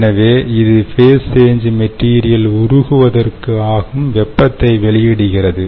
எனவே இது phase change material உருகுவதற்கு ஆகும் வெப்பத்தை வெளியிடுகிறது